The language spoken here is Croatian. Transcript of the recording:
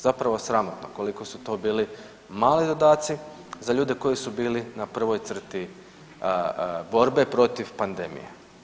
Zapravo sramotno koliko su to bili mali dodaci za ljude koji su bili na prvoj crti borbe protiv pandemije.